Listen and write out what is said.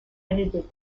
edited